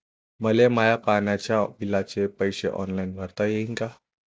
मले माया पाण्याच्या बिलाचे पैसे ऑनलाईन भरता येईन का?